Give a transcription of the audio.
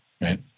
right